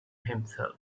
himself